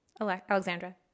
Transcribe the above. Alexandra